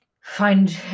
find